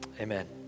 Amen